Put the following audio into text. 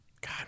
God